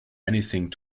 anything